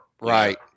Right